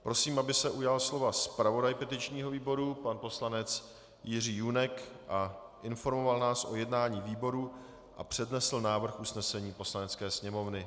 Prosím, aby se ujal slova zpravodaj petičního výboru pan poslanec Jiří Junek a informoval nás o jednání výboru a přednesl návrh usnesení Poslanecké sněmovny.